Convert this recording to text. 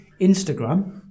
Instagram